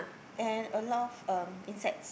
and a lot of um insects